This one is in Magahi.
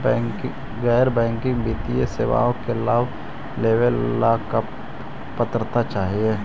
गैर बैंकिंग वित्तीय सेवाओं के लाभ लेवेला का पात्रता चाही?